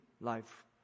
life